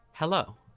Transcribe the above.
Hello